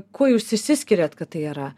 kuo jūs išsiskiriat kad tai yra